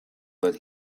that